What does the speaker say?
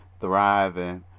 thriving